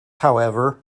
however